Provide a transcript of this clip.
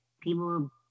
people